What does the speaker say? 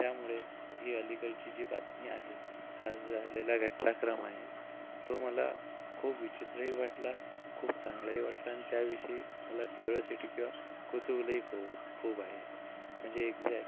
त्यामुळे ही अलीकडची जी बातमी आहे हा झालेला घटनाक्रम आहे तो मला खूप विचित्रही वाटला खूप चांगलाही वाटला अन् त्याविषयी मला क्यूर्योसिटी किंवा कुतूहलही खूप खूप आहे म्हणजे एक्झॅक्ट